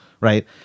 right